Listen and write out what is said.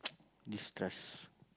this trust